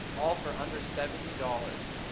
all for under seventy dollars.